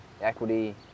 equity